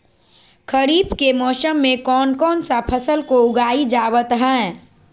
खरीफ के मौसम में कौन कौन सा फसल को उगाई जावत हैं?